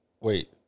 Wait